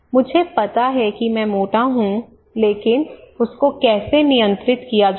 मुझे पता है कि मैं मोटा हूं लेकिन उसको कैसे नियंत्रित किया जाए